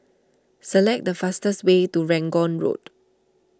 select the fastest way to Rangoon Road